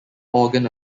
organ